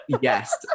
yes